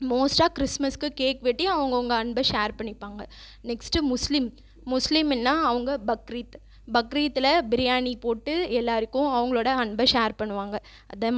மோஸ்ட்டாக கிருஸ்ட்மஸ்க்கு கேக் வெட்டி அவங்கவுங்க அன்பை ஷேர் பண்ணிப்பாங்க நெக்ஸ்ட்டு முஸ்லீம் முஸ்லீமுன்னா அவங்க பக்ரீத் பக்ரீத்தில் பிரியாணி போட்டு எல்லோருக்கும் அவங்களோட அன்பை ஷேர் பண்ணுவாங்கள் அதேம்